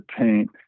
paint